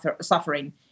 suffering